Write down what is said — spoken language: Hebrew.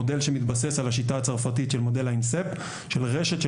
מודל שמתבסס על השיטה הצרפתית של רשת של